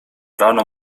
rano